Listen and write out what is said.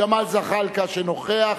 אם יהיה נוכח,